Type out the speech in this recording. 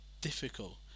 difficult